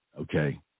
Okay